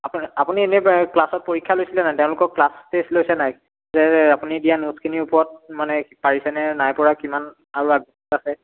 আপু আপুনি এনেই ক্লাছত পৰীক্ষা লৈছিলে নাই তেওঁলোকৰ ক্লাছ টেষ্ট লৈছে নাই নে আপুনি দিয়া নোটচখিনিৰ ওপৰত মানে পাৰিছেনে নাইপৰা কিমান আৰু আগবাঢ়ে